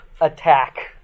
attack